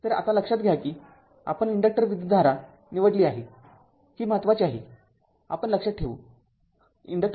तर आता लक्षात घ्या की आपण इन्डक्टर विद्युतधारा निवडली आहे ही महत्वाची आहे आपण लक्षात ठेवू